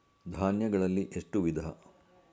ಧಾನ್ಯಗಳಲ್ಲಿ ಎಷ್ಟು ವಿಧ?